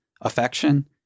affection